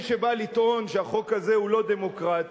מי שבא לטעון שהחוק הזה הוא לא דמוקרטי,